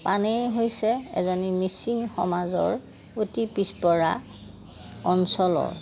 পানেই হৈছে এজনী মিচিং সমাজৰ অতি পিছপৰা অঞ্চলৰ